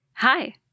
Hi